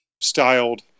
styled